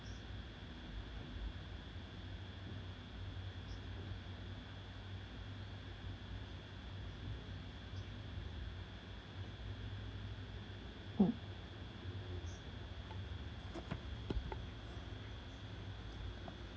mm